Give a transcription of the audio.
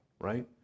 right